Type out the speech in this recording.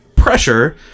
Pressure